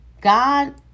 god